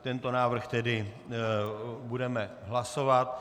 Tento návrh tedy budeme hlasovat.